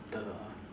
the